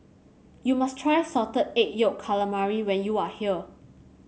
you must try Salted Egg Yolk Calamari when you are here